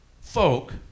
folk